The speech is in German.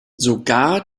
sogar